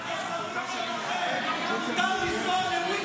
רק לשרים שלכם מותר לנסוע --- על חשבון כספי